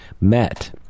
met